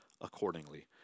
accordingly